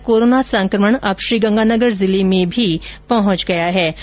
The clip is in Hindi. इधर कोरोना संकमण अब श्रीगंगानगर जिले में भी पहुंच गया है